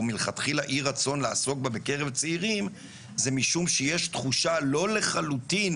או מלכתחילה אי רצון לעסוק בה בקרב צעירים זה משום שיש תחושה לא לחלוטין